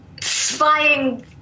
Spying